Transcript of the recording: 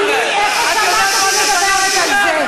תגידי לי איפה שמעת אותי מדברת על זה.